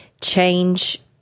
change